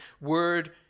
Word